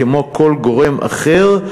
כמו כל גורם אחר,